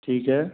ठीक है